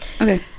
okay